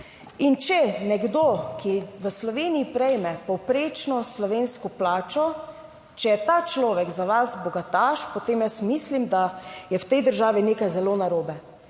In če nekdo, ki v Sloveniji prejme povprečno slovensko plačo, če je ta človek za vas bogataš, potem jaz mislim, da je v tej državi nekaj zelo narobe.